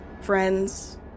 friends